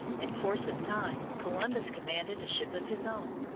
in course of time columbus commanded a ship of his own,